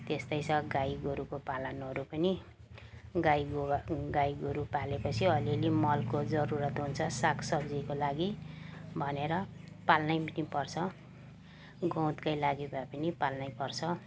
त्यस्तै छ गाई गोरुको पालनहरू पनि गाई गोबर गाई गोरु पाले पछि अलि अलि मलको जरुरत हुन्छ साग सब्जीको लागि भनेर पाल्नै पनि पर्छ गहुँतकै लागि भए पनि पाल्नै पर्छ